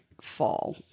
fall